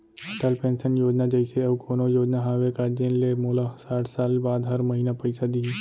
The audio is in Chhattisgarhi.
अटल पेंशन योजना जइसे अऊ कोनो योजना हावे का जेन ले मोला साठ साल बाद हर महीना पइसा दिही?